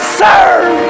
serve